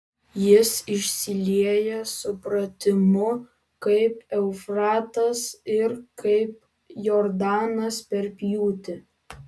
jis išsilieja supratimu kaip eufratas ir kaip jordanas per pjūtį